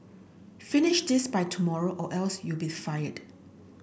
finish this by tomorrow or else you'll be fired